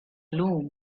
gloom